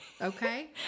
Okay